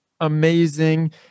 amazing